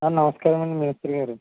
నమస్కారమండి మేస్త్రీగారు